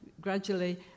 gradually